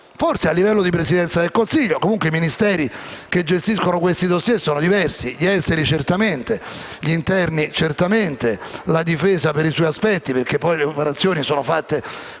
forse a livello di Presidenza del Consiglio o comunque dei Ministeri che gestiscono questi *dossier*, che sono diversi: gli esteri, certamente; l'interno, certamente; la difesa per i suoi aspetti, perché le operazioni sono fatte